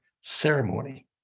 ceremony